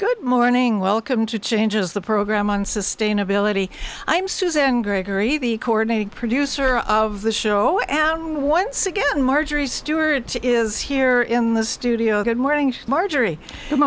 good morning welcome to changes the program on sustainability i'm susan gregory the coordinating producer of the show and once again marjorie stewart is here in the studio good morning margery